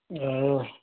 ए